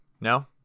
No